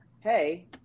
hey